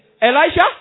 Elisha